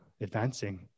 advancing